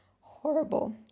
horrible